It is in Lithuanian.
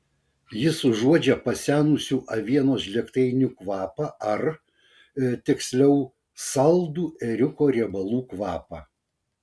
jis užuodžia pasenusių avienos žlėgtainių kvapą ar tiksliau saldų ėriuko riebalų kvapą